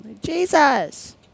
Jesus